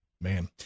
Man